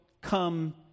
come